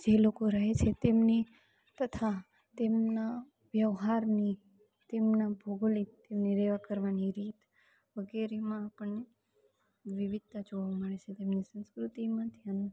જે લોકો રહે છે તેમની તથા તેમના વ્યવહારની તેમના ભૌગોલિક તેમની રહેવા કરવાની રીત વગેરેમાં આપણને વિવિધતા જોવા મળે છે તેમની સંસ્કૃતિમાં ધ્યાન